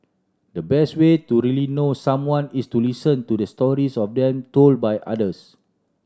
the best way to really know someone is to listen to the stories of them told by others